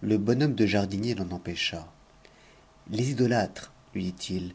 le bon homme de jardinier l'en empêcha les idolâtres lui dit-il